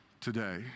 today